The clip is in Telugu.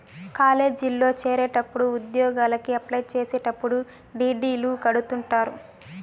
కాలేజీల్లో చేరేటప్పుడు ఉద్యోగలకి అప్లై చేసేటప్పుడు డీ.డీ.లు కడుతుంటారు